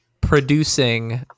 producing